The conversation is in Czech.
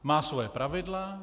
Má svoje pravidla.